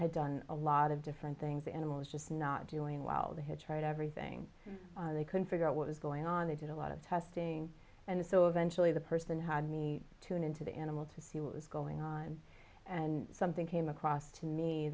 had done a lot of different things the animal was just not doing while they had tried everything they couldn't figure out what was going on they did a lot of testing and so eventually the person had me tune in to the animal to see what was going on and something came across to me